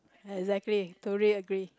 exactly totally agree